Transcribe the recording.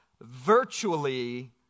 virtually